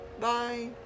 bye